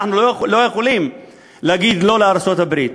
אנחנו לא יכולים להגיד לא לארצות-הברית.